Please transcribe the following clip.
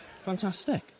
Fantastic